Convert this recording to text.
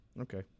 okay